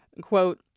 Quote